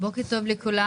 בוקר טוב לכולם.